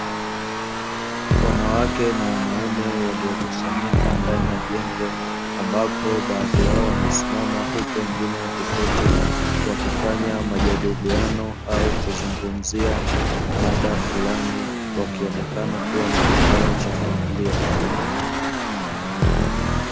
Wanawake na wanaume waliokusanyika ndani ya jengo ambapo baadhi yao wamesimama huku wengine wakiketi wakifanya majadiliano au kuzungumzia mada fulani wakionekana kuwa ni kikao cha familia.